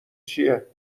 چیه